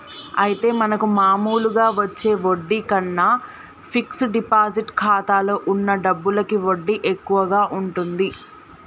అయితే మనకు మామూలుగా వచ్చే వడ్డీ కన్నా ఫిక్స్ డిపాజిట్ ఖాతాలో ఉన్న డబ్బులకి వడ్డీ ఎక్కువగా ఉంటుంది